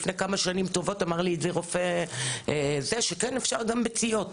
לפני כמה שנים טובות אמר לי את זה רופא שכן אפשר גם ביציות.